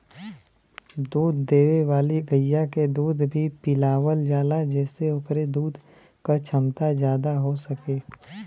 दूध देवे वाली गइया के दूध भी पिलावल जाला जेसे ओकरे दूध क छमता जादा हो सके